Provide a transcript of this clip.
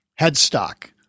Headstock